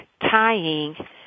tying